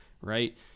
right